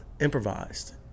improvised